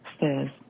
says